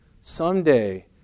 someday